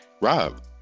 Rob